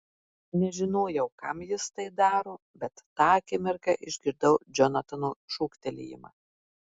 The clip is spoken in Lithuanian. nežinojau kam jis tai daro bet tą akimirką išgirdau džonatano šūktelėjimą